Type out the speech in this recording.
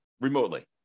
remotely